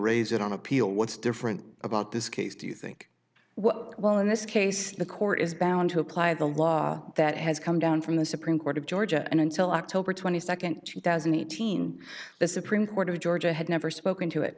raise it on appeal what's different about this case do you think well in this case the court is bound to apply the law that has come down from the supreme court of georgia and until october twenty second two thousand and eighteen the supreme court of georgia had never spoken to it